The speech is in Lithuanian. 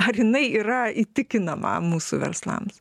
ar jinai yra įtikinama mūsų verslams